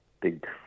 big